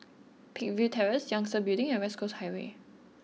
Peakville Terrace Yangtze Building and West Coast Highway